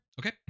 Okay